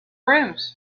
rooms